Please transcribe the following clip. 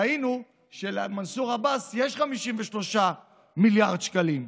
ראינו שלמנסור עבאס יש 53 מיליארד שקלים,